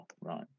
right